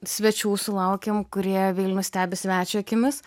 svečių sulaukiam kurie vilnių stebi svečio akimis